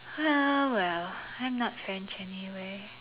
well well I'm not French anyway